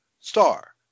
star